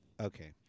Okay